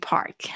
Park